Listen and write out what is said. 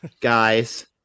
guys